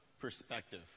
perspective